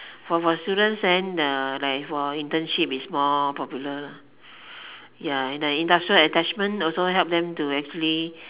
for for students then the like for internship is more popular ya and the industrial attachment also help them to actually